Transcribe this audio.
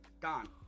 gone